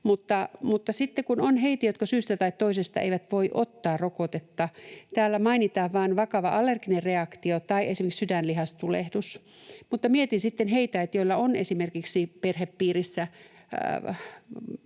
Mutta sitten on heitä, jotka syystä tai toisesta eivät voi ottaa rokotetta — täällä mainitaan vain vakava allerginen reaktio tai esimerkiksi sydänlihastulehdus, mutta mietin sitten heitä, joilla on esimerkiksi perhepiirissä